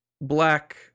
black